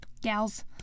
Gals